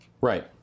right